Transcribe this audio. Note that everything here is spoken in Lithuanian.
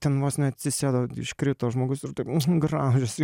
ten vos neatsisėdo iškrito žmogus ir taip graužiasi